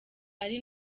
ari